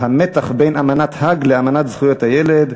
המתח בין אמנת האג לאמנת זכויות הילד,